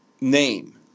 name